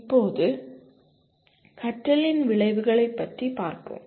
இப்போது கற்றலின் விளைவுகள் பற்றி பார்ப்போம்